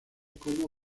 como